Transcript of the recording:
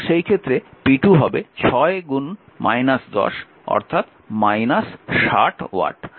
সুতরাং সেই ক্ষেত্রে p2 হবে 6 10 60 ওয়াট